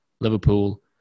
Liverpool